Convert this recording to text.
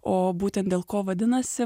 o būtent dėl ko vadinasi